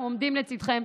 אנחנו עומדים לצידכם.